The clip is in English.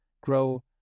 grow